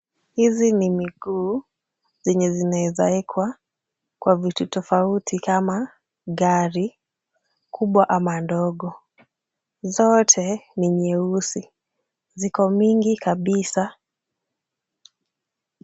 Hizi ni miguu zenye zinawezaekwa kwa vitu tofauti kama gari kubwa ama ndogo, zote ni nyeusi, ziko mingi kabisa.